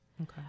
okay